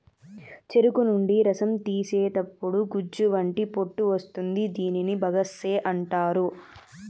చెరుకు నుండి రసం తీసేతప్పుడు గుజ్జు వంటి పొట్టు వస్తుంది దీనిని బగస్సే అంటారు